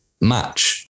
match